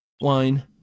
wine